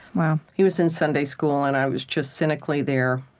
wow he was in sunday school, and i was just cynically there,